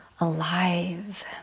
alive